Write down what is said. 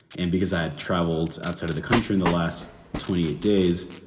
and because i had traveled outside of the country in the last twenty eight days,